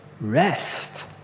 rest